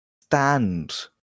stand